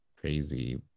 crazy